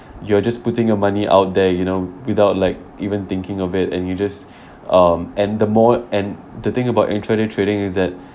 you are just putting your money out there you know without like even thinking of it and you just um and the more and the thing about intraday trading is that